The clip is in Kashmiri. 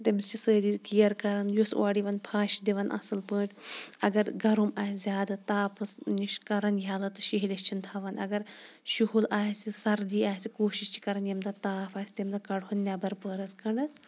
تٔمِس چھِ سٲری کِیر کَران یُس اورٕ یِوان پھَش دِوان اصٕل پٲٹھۍ اَگَر گَرُم آسہِ زیادٕ تاپَس نِش کَران یَلہٕ تہٕ شِہلِس چھِن تھاوان اَگَر شُہُل آسہِ سَردی آسہِ کوٗشِش چھِ کَران ییٚمہِ دۄہ تاپھ آسہِ تمہِ دۄہ کَڈہون نیٚبَر پٔہرَس کھَنٛڈَس